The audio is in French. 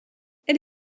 elle